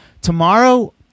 tomorrow